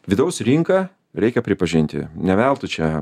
vidaus rinka reikia pripažinti ne veltui čia